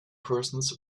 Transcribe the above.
persons